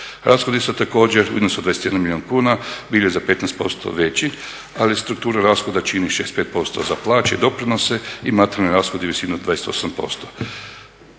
Rashodi su također u iznosu do 21 milijun kuna, bili za 15% veći, ali struktura rashoda čini 65% za plaće i doprinose, i materijalni rashodi u visini od 28%.